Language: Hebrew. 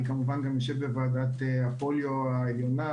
אני כמובן יושב בוועדת הפוליו העליונה